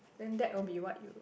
then that will be what you